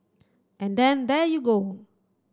and then there you go